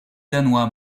danois